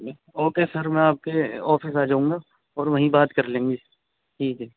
okay sir میں آپ کے آپھس آ جاؤں گا اور وہیں بات کر لیں گے ٹھیک ہے